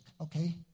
okay